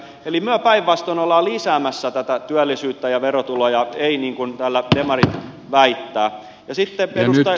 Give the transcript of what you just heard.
eli me päinvastoin olemme lisäämässä työllisyyttä ja verotuloja ei niin kuin täällä demarit väittävät